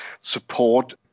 support